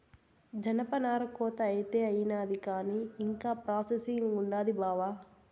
జనపనార కోత అయితే అయినాది కానీ ఇంకా ప్రాసెసింగ్ ఉండాది బావా